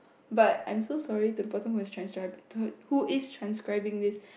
but I'm so sorry to the person who is transcri~ who is transcribing this